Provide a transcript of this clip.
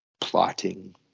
plotting